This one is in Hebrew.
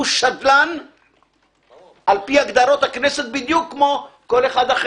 הוא שדלן על-פי הגדרות הכנסת בדיוק כמו כל אחד אחד.